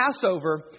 Passover